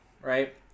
right